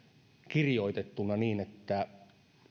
kirjoitettuna niin että